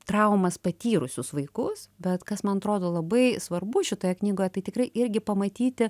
traumas patyrusius vaikus bet kas man atrodo labai svarbu šitoje knygoje tai tikrai irgi pamatyti